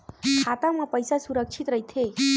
खाता मा पईसा सुरक्षित राइथे?